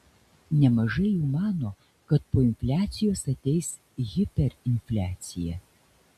nemažai jų mano kad po infliacijos ateis hiperinfliacija